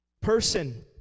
person